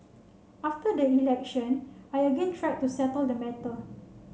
after the election I again tried to settle the matter